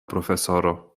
profesoro